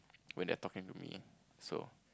when they are talking to me so